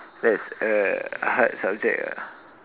that's a hard subject lah